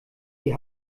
die